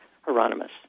Hieronymus